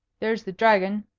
there's the dragon,